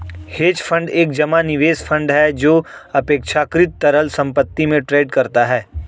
hedge fund एक जमा निवेश फंड है जो अपेक्षाकृत तरल संपत्ति में ट्रेड करता है